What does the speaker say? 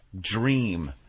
dream